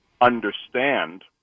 understand